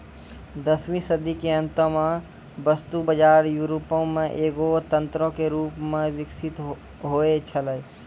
दसवीं सदी के अंतो मे वस्तु बजार यूरोपो मे एगो तंत्रो के रूपो मे विकसित होय छलै